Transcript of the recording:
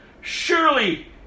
Surely